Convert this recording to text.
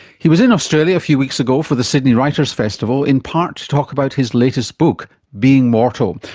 he was in australia a few weeks ago for the sydney writers' festival, in part to talk about his latest book, being mortal,